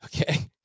Okay